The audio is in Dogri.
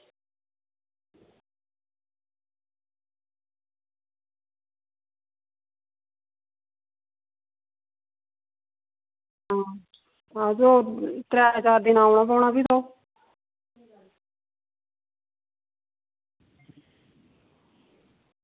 तां ओह् त्रै चार दिन औना पौना फ्ही